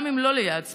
גם אם לא ליעד ספציפי.